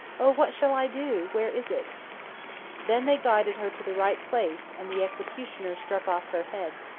o what shall i do! where is it then they guided her to the right place, and the executioner struck off her head.